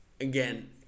again